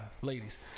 ladies